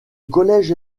collège